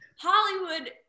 Hollywood